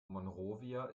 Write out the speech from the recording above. monrovia